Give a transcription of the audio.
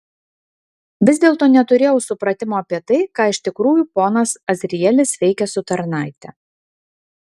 vis dėlto neturėjau supratimo apie tai ką iš tikrųjų ponas azrielis veikia su tarnaite